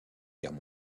guerre